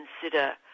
consider